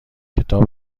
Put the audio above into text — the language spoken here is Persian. کتاب